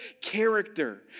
character